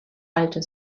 alte